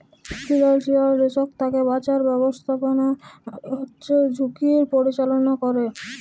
financial risk থ্যাকে বাঁচার ব্যাবস্থাপনা হচ্যে ঝুঁকির পরিচাললা ক্যরে